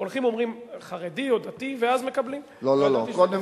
הולכים אומרים חרדי או דתי, ואז מקבלים, לא ידעתי.